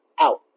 out